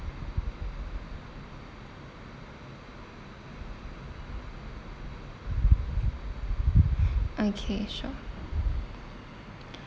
okay sure